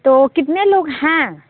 तो कितने लोग हैं